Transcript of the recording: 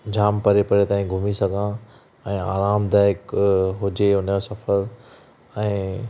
जाम परे परे ताईं घुमी सघां ऐं आरामदाइकु हुजे हुन जो सफ़रु ऐं